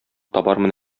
табармын